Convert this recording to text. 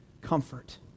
comfort